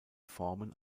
formen